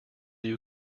you